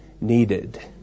needed